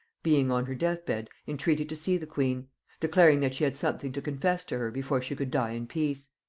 being on her death-bed, entreated to see the queen declaring that she had something to confess to her before she could die in peace.